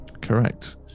correct